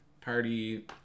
party